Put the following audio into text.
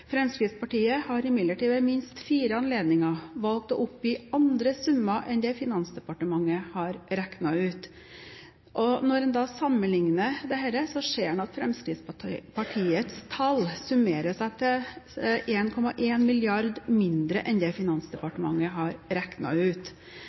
Fremskrittspartiet har imidlertid ved minst fire anledninger valgt å oppgi andre summer enn det Finansdepartementet har regnet ut. Når en da sammenligner dette, ser en at Fremskrittspartiets tall summerer seg til 1,1 mrd. kr mindre enn det